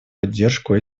поддержку